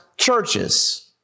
churches